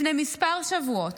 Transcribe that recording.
לפני כמה שבועות